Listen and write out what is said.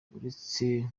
uretse